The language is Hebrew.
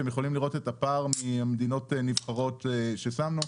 אתם יכולים לראות את הפער ממדינות נבחרות ששמנו,